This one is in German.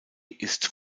ist